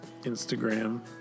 Instagram